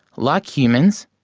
like humans,